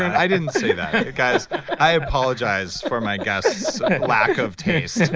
i didn't say that. guys, i apologize for my guests lack of taste